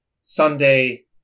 Sunday